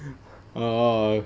oh